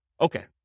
Okay